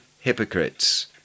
hypocrites